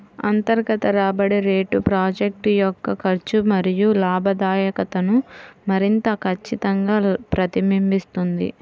అంతర్గత రాబడి రేటు ప్రాజెక్ట్ యొక్క ఖర్చు మరియు లాభదాయకతను మరింత ఖచ్చితంగా ప్రతిబింబిస్తుంది